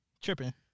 Tripping